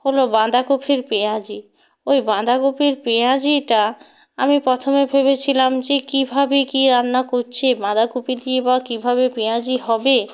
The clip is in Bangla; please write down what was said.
হলো বাঁধাকফির পেঁয়াজি ওই বাঁধাকফির পেঁয়াজিটা আমি প্রথমে ভেবেছিলাম যে কীভাবে কী রান্না করছে বাঁধাকপির কী বা কীভাবে পেঁয়াজি হবে